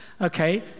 Okay